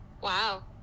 wow